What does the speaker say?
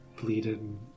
bleeding